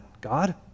God